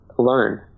learn